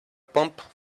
pumped